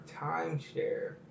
timeshare